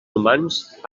humans